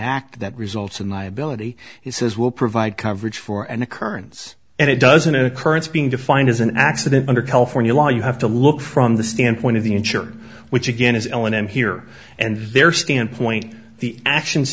act that results in liability he says will provide coverage for an occurrence and it doesn't occurrence being defined as an accident under california law you have to look from the standpoint of the insurer which again is l and m here and their standpoint the actions